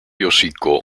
hocico